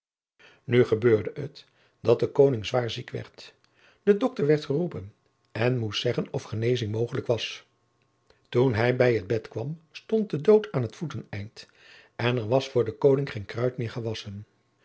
nu gebeurde het dat de koning zwaar ziek werd de dokter werd geroepen en moest zeggen of genezing mogelijk was toen hij bij het bed kwam stond de dood aan het voeteneind en er was voor den koning geen kruid meer gewassen